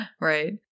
Right